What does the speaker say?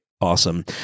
awesome